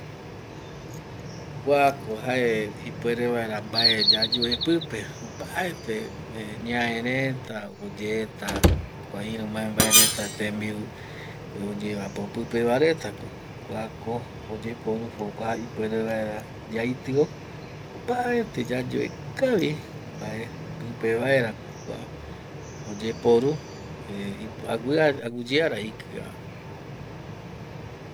Kuako jae ipuere vaera mbae yayoe pipe opaete ñae reta oyeta kua iru mbae mbae reta tembiu oyeapo pipeva retako kuako oyeporu jokua ipuere vaera yaitio opaete yayoe kavi mbae pipe vaerako kua oyeporu aguiyeara ikia